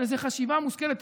של חשיבה מושכלת.